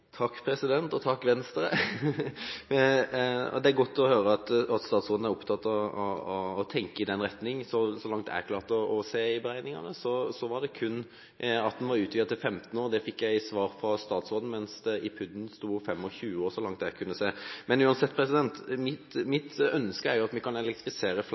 Takk president, og takk Venstre. Det er godt å høre at statsråden er opptatt av å tenke i den retning. Så vidt jeg klarte å se av beregningene, var det kun utvidet til 15 år. Det fikk jeg til svar fra statsråden, mens det i PUD-en sto 25 år – så vidt jeg kunne se. Men uansett er mitt ønske at man kan elektrifisere flere